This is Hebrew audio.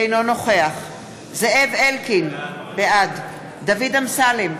אינו נוכח זאב אלקין, בעד דוד אמסלם,